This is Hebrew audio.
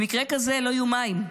במקרה כזה לא יהיו מים,